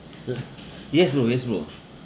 !oi! yes bro yes bro